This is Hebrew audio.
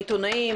העיתונאים,